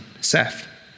Seth